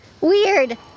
weird